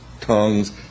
tongues